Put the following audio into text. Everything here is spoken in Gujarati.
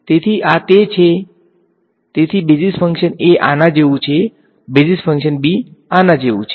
તેથી આ તે છે તેથી બેઝિસ ફંક્શન a આના જેવું છે બેઝિસ ફંક્શન b આના જેવું છે